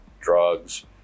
drugs